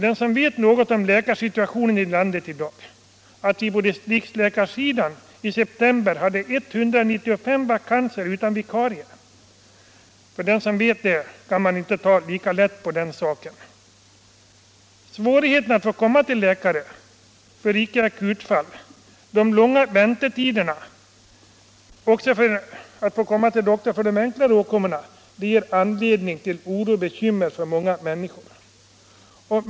Den som vet något om läkarsituationen i landet i dag — på distriktsläkarsidan hade vi i september 195 vakanser utan vikarie — kan inte ta lika lätt på saken. Svårigheterna för icke akutfall att få komma till läkare, de långa väntetiderna också när man vill komma till doktorn för enklare åkommor, ger anledning till oro och bekymmer för många människor.